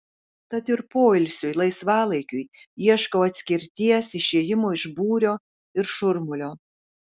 tad ir poilsiui laisvalaikiui ieškau atskirties išėjimo iš būrio ir šurmulio